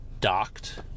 docked